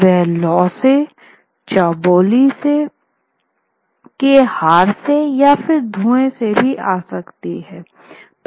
वह लौ से चौबोली के हार से या फिर धुएं से भी आ सकती है